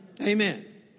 Amen